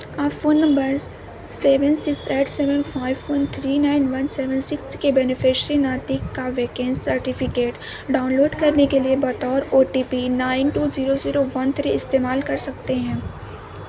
آپ phone numbers seven six eight seven five one three nine one seven six کے beneficiary ناطق کا vaccine certificate download کرنے کے لیے بطور O T P nine two zero zero one three استعمال کر سکتے ہیں